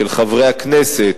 של חברי הכנסת,